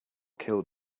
killed